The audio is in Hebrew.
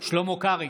שלמה קרעי,